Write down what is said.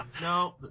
No